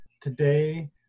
today